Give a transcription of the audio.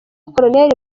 colonel